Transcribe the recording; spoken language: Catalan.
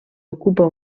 ocupa